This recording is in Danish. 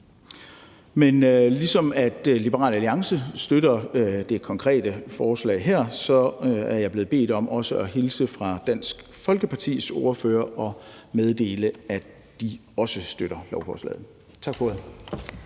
hvem ved? Liberal Alliance støtter det konkrete forslag her, og jeg er blevet bedt om at hilse fra Dansk Folkepartis ordfører og meddele, at de også støtter lovforslaget. Tak for ordet.